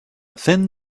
thin